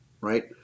right